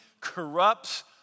corrupts